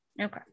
Okay